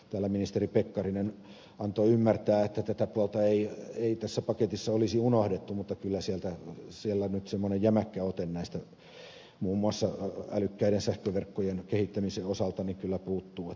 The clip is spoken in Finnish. täällä ministeri pekkarinen antoi ymmärtää että tätä puolta ei tässä paketissa olisi unohdettu mutta kyllä siellä nyt semmoinen jämäkkä ote näistä muun muassa älykkäiden sähköverkkojen kehittämisen osalta kyllä puuttuu